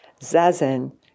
Zazen